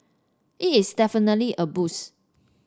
it is definitely a boost